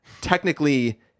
technically